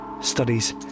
studies